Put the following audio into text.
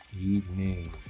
evening